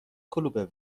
کلوب